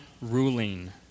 ruling